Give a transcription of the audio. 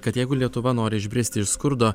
kad jeigu lietuva nori išbristi iš skurdo